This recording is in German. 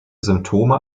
symptome